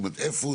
זאת אומרת, איפה?